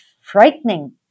frightening